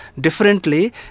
differently